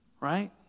Right